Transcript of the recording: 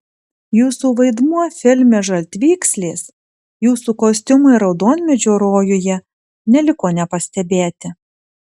jūsų vaidmuo filme žaltvykslės jūsų kostiumai raudonmedžio rojuje neliko nepastebėti